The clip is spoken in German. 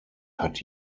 hat